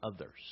others